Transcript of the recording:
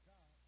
God